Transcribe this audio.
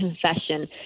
confession